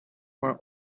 were